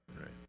right